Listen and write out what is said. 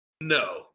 No